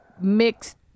mixed